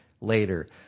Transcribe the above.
later